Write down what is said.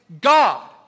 God